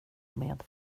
med